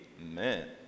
Amen